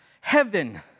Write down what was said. heaven